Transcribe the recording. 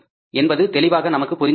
என்பது தெளிவாக நமக்கு புரிந்துள்ளது